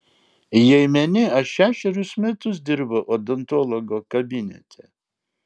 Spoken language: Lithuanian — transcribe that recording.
jei meni aš šešerius metus dirbau odontologo kabinete